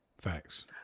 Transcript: Facts